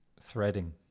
threading